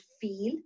feel